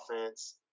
offense